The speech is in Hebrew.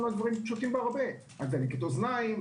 על דברים פשוטים בהרבה - על דלקת אוזניים,